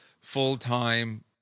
full-time